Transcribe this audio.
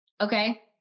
okay